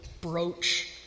brooch